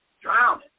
drowning